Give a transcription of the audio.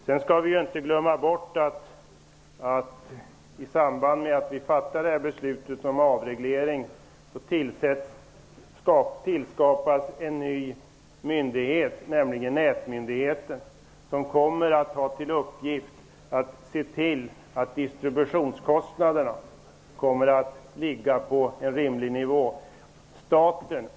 Vi skall inte glömma bort att i samband med att vi fattar beslutet om avreglering tillskapas en ny myndighet, nämligen nätmyndigheten, som kommer att ha till uppgift att se till att distributionskostnaderna ligger på en rimlig nivå.